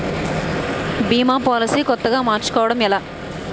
భీమా policy కొత్తగా మార్చుకోవడం ఎలా?